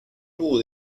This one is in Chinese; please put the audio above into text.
东部